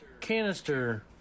canister